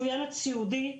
שהוא ילד סיעודי,